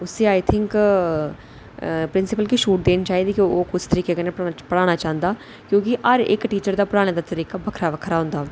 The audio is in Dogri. उसी आई थिंक प्रिंसिपल गी छूट देनी चाहिदी कि ओह् किस तरीके कन्नै पढ़ाना चांह्दा क्योंकि हर इक टीचर दा पढ़ाने दा तरीका बक्खरा बक्खरा होंदा